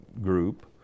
group